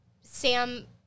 Sam